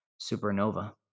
supernova